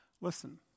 Listen